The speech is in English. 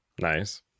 Nice